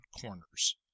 corners